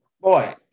Boy